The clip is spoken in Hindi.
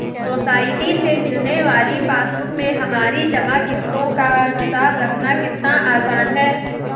सोसाइटी से मिलने वाली पासबुक में हमारी जमा किश्तों का हिसाब रखना कितना आसान है